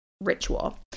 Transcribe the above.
ritual